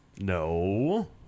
No